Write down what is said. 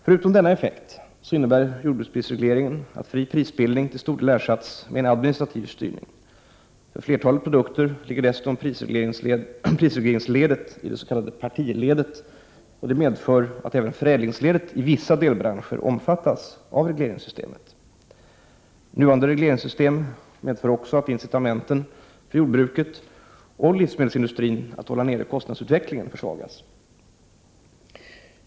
Förutom denna effekt innebär jordbruksprisregleringen att fri prisbildning till stor del ersatts med en administrativ styrning. För flertalet produkter ligger dessutom prisregleringsledet i det s.k. partiledet, vilket medför att även förädlingsledet i vissa delbranscher omfattas av regleringssystemet. Nuvarande regleringssystem medför också att incitamenten för jordbruket och livsmedelsindustrin att hålla nere kostnadsutvecklingen försvagas.